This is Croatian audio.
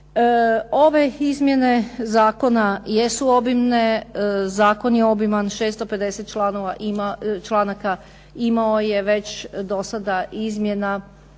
Ove izmjene zakona jesu obimne, zakon je obiman, 650 članaka, imao je već dosada izmjena